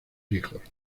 hijos